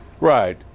Right